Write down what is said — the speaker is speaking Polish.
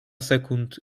sekund